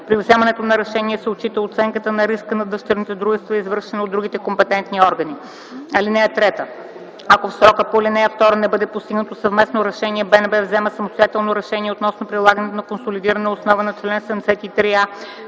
При вземането на решение се отчита оценката на риска на дъщерните дружества, извършена от другите компетентни органи. (3) Ако в срока по ал. 2 не бъде постигнато съвместно решение, БНБ взема самостоятелно решение относно прилагането на консолидирана основа на чл. 73а,